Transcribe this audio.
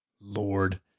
Lord